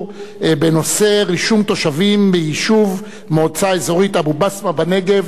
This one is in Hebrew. בנושא: רישום תושבים ביישובי המועצה האזורית אבו-בסמה בנגב.